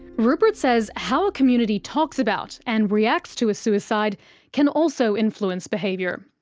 rupert says how a community talks about and reacts to a suicide can also influence behaviour.